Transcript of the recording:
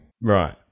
Right